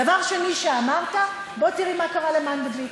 דבר שני שאמרת: בואי תראי מה קרה למנדלבליט.